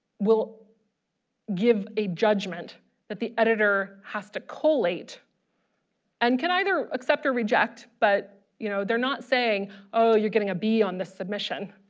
will give a judgement that the editor has to collate and can either accept or reject but you know they're not saying oh you're getting a b on this submission